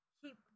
keep